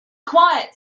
quiet